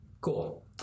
Cool